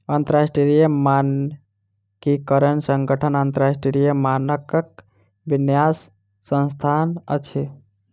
अंतरराष्ट्रीय मानकीकरण संगठन अन्तरराष्ट्रीय मानकक विन्यास संस्थान अछि